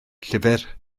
llyfr